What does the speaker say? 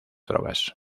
drogas